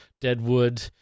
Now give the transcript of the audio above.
Deadwood